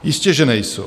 Jistěže nejsou.